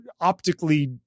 optically